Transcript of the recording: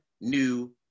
new